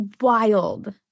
wild